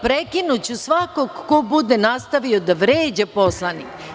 Prekinuću svakog ko bude nastavio da vređa poslanike.